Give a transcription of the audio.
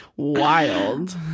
wild